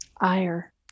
ire